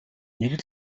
нэг